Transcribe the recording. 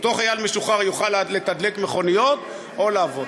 אותו חייל משוחרר יוכל לתדלק מכוניות או לעבוד.